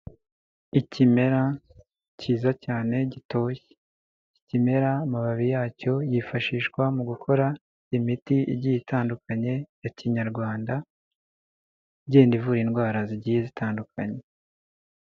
Ikimera cyiza cyane gitoshye, ikimera amababi yacyo yifashishwa mu gukora imiti igiye itandukanye ya kinyarwanda, igenda ivura indwara zigiye zitandukanye.